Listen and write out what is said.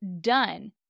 done